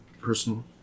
Personal